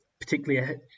particularly